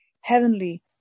heavenly